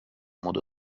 modo